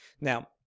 Now